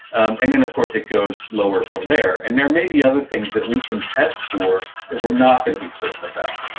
and then of course it goes lower from there. and there may be other things that we can test for that we're not going to be certain about.